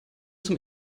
zum